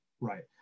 Right